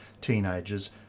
teenagers